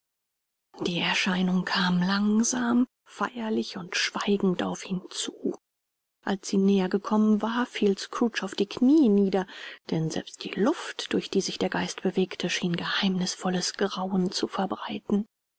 die erscheinung kam langsam feierlich und schweigend auf ihn zu als sie näher gekommen war fiel scrooge auf die kniee nieder denn selbst die luft durch die sich der geist bewegte schien geheimnisvolles grauen zu verbreiten